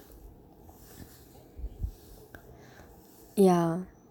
ya